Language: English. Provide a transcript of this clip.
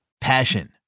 passion